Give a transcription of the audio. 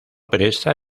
presta